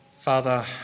Father